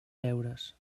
deures